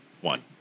one